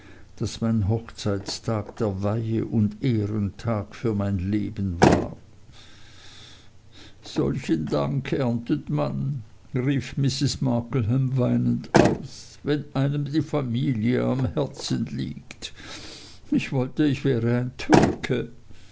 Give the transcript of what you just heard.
daß mein hochzeitstag der weihe und ehrentag für mein leben war solchen dank erntet man rief mrs markleham weinend aus wenn einem die familie am herzen liegt ich wollte ich wäre ein